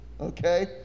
Okay